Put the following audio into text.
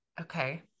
Okay